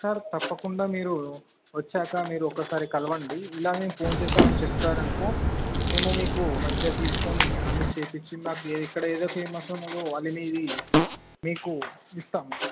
sir తప్పకుండా మీరు వచ్చాక మీరు ఒక్కసారి కలవండి ఇలానే ఫోన్ చేసాం అని చెప్పారనుకో మేము మీకు మంచిగా తీసుకొని అన్ని చేపిచ్చి మాది ఎక్కడ ఏది ఫేమస్ ఉన్నదో వాళ్ళని ఇది మీకు ఇస్తాం